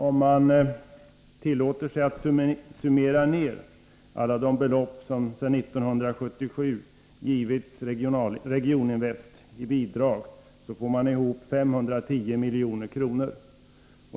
Om man tillåter sig att summera alla de belopp som sedan 1977 givits till Regioninvest i bidrag, får man ihop 510 milj.kr.